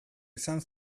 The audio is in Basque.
izan